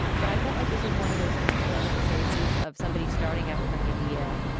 but i felt like this is one of those polemical cases of somebody starting out with an idea,